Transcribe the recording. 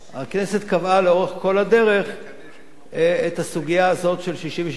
את הסוגיה הזאת של 66%,